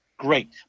great